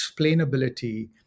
explainability